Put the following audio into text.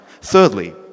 Thirdly